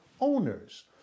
owners